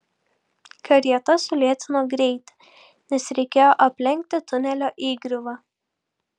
karieta sulėtino greitį nes reikėjo aplenkti tunelio įgriuvą